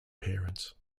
parents